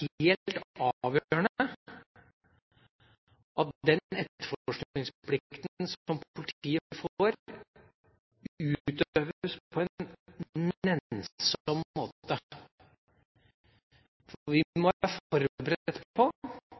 helt avgjørende at den etterforskningsplikten som politiet får, utøves på en nennsom måte. Vi må være forberedt